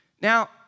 Now